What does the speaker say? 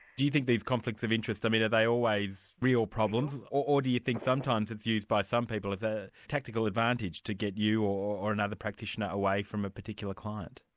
do you think these conflicts of interest, i mean are they always real problems, or do you think sometimes it's used by some people as a tactical advantage to get you or another practitioner away from a particular client?